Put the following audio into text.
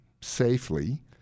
safely